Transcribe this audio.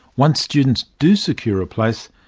once students do secure a place,